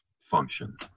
function